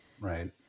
right